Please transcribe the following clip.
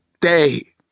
day